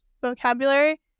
vocabulary